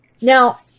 Now